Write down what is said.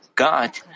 God